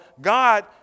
God